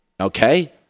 okay